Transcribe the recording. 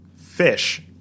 Fish